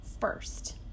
first